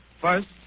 First